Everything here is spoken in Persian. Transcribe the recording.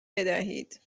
بدهید